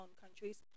countries